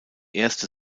erste